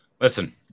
Listen